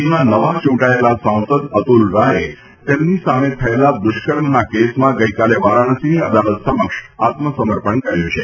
પીના નવા ચૂંટાયેલા સાંસદ અતુલ રાયે તેમની સામે થયેલા દુષ્કર્મના કેસમાં ગઇકાલે વારાણસીની અદાલત સમક્ષ આત્મસમર્પણ કર્યું છે